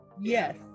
Yes